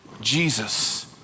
Jesus